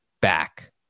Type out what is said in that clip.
back